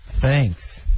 Thanks